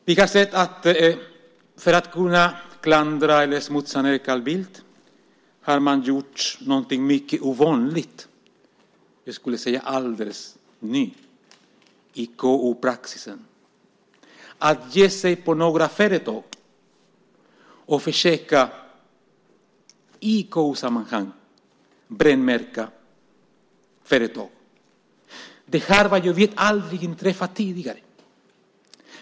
Vi har sett att för att kunna klandra eller smutsa ned Carl Bildt har man gjort något mycket ovanligt, jag skulle vilja säga alldeles nytt, i KU-praxisen. Man ger sig på några företag, försöker i KU-sammanhang brännmärka företag. Det har vad jag vet aldrig inträffat tidigare.